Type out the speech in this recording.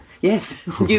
Yes